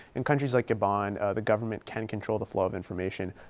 and countries like gabon the government can control the flow of information.